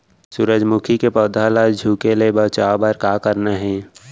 सूरजमुखी के पौधा ला झुके ले बचाए बर का करना हे?